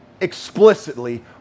explicitly